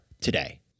today